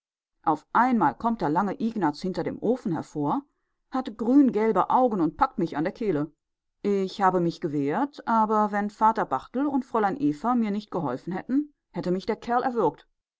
auf einmal kommt der lange ignaz hinter dem ofen hervor hat grüngelbe augen und packt mich an der kehle ich habe mich gewehrt aber wenn vater barthel und fräulein eva mir nicht geholfen hätten hätte mich der kerl